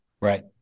Right